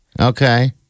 Okay